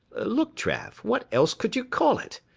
look, trav, what else could you call it?